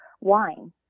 wine